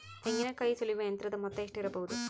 ತೆಂಗಿನಕಾಯಿ ಸುಲಿಯುವ ಯಂತ್ರದ ಮೊತ್ತ ಎಷ್ಟಿರಬಹುದು?